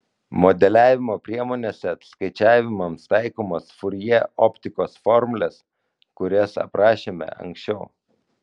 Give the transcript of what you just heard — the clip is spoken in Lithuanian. modeliavimo priemonėse skaičiavimams taikomos furjė optikos formulės kurias aprašėme anksčiau